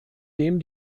dem